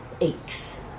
aches